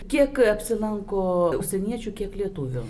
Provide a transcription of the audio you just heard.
kiek apsilanko užsieniečių kiek lietuvių